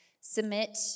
submit